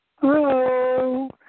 Hello